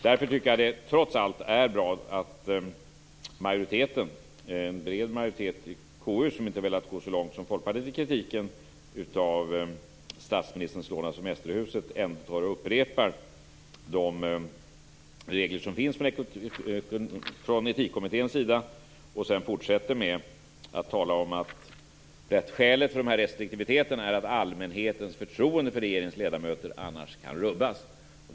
Därför tycker jag att det trots allt är bra att en bred majoritet i KU, som inte har velat gå så långt som folkpartiet i kritiken av statsministerns lån av semesterhus, ändå upprepar de regler som finns från Etikkommitténs sida och sedan fortsätter med att tala om att skälet för restriktiviteten är att allmänhetens förtroende för regeringens ledamöter annars kan rubbas.